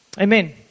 amen